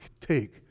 take